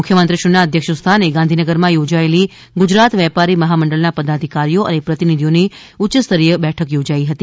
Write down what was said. મુખ્યમંત્રીશ્રીના અધ્યક્ષસ્થાને ગાંધીનગરમાં ચોજાયેલી ગુજરાત વેપારી મહામંડળના પદાધિકારીઓ અને પ્રતિનિધિઓની ઉચ્ય સ્તરીથ થોજાઇ હતી